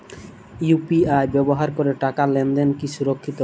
UPI ব্যবহার করে টাকা লেনদেন কি সুরক্ষিত?